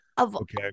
Okay